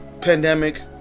pandemic